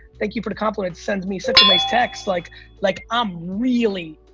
thank you for the compliment, sending me such a nice text, like like i'm really,